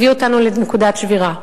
הביאה אותנו לנקודת שבירה.